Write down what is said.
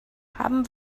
haben